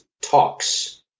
talks